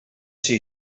ser